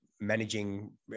managing